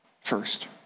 First